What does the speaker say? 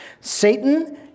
Satan